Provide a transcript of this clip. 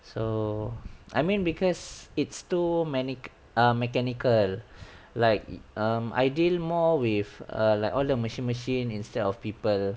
so I mean because it's too mec~ mechanical like um I deal more with uh like all the machine machine instead of people